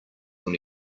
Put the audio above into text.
when